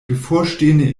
bevorstehende